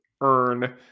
earn